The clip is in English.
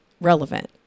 relevant